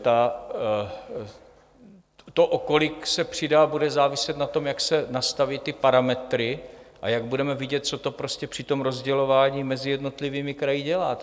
To, o kolik se přidá, bude záviset na tom, jak se nastaví ty parametry a jak budeme vidět, co to při tom rozdělování mezi jednotlivými kraji dělá.